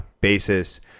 basis